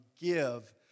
give